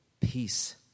peace